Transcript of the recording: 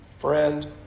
friend